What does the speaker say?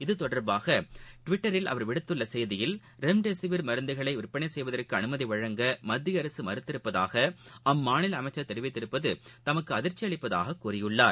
இத்தொடர்பாக டுவிட்டரில் அவர் விடுத்துள்ள செய்தியில் ரெம்டெசிவிர் மருந்துகளை விற்பனை செய்வதற்கு அனுமதி வழங்க மத்திய அரசு மறுத்துள்ளதாக அம்மாநில அமைச்சர் தெரிவித்திருப்பது தமக்கு அதிர்ச்சி அளிப்பதாக கூறியுள்ளார்